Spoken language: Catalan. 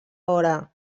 hora